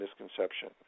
misconception